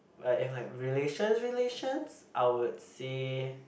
like if like relations relations I would say